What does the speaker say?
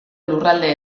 lurralde